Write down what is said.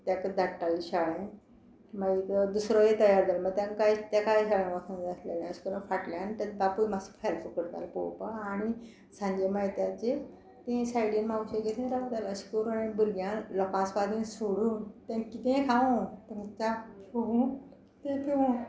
ताका धाडटालें शाळे मागीर दुसरोय तयार जालो मागीर ताकाय तेकाय शाळें वोचो जाय आसलेले अशें करून फाटल्यान बापूय मात्सो हेल्प करतालो पळोवपा आनी सांजे मायत्याची ती सायडीन मावशेगेर रावताले अशें करून हांवें भुरग्यां लोकां सुवादीन सोडून तें कितेंय खावूं तें च्या पिवूं ते पिवूं